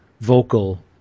vocal